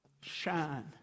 Shine